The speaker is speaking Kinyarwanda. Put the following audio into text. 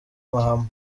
mahama